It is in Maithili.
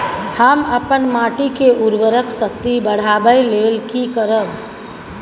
हम अपन माटी के उर्वरक शक्ति बढाबै लेल की करब?